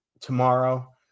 Tomorrow